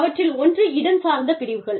அவற்றில் ஒன்று இடம் சார்ந்த பிரிவுகள்